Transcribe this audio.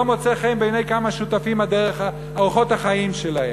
ולא מוצא חן בעיני כמה שותפים אורחות החיים שלהם.